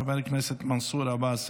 חבר הכנסת מנסור עבאס,